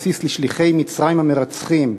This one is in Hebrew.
בסיס לשליחי מצרים המרצחים,